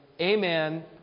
Amen